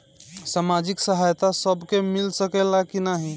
सामाजिक सहायता सबके मिल सकेला की नाहीं?